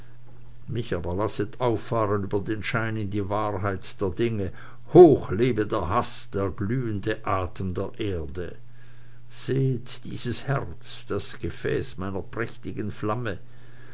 mich aber lasset auffahren über den schein in die wahrheit der dinge hoch lebe der haß der glühende atem der erde sehet dieses herz das gefäß seiner prächtigen flamme